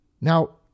Now